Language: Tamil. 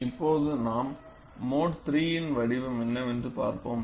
மோடு III இல் ப்ளாஸ்டிக் சோனின் வடிவம் இப்போது நாம் மோடு III இன் வடிவம் என்னவென்று பார்ப்போம்